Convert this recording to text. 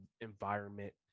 environment